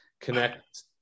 connect